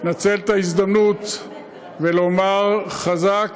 לנצל את ההזדמנות ולומר חזק